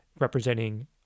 representing